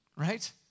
Right